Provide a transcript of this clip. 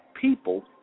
people